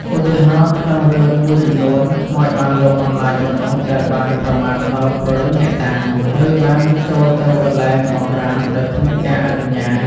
ឧទាហរណ៍ ក្នុងរឿងមួយចំនួន ខ្មោចបានលងបន្លាចមនុស្សដែលបានប្រមាថដល់ព្រលឹងអ្នកតា ឬបានចូលទៅកន្លែងបម្រាមដោយគ្មានការអនុញ្ញាត។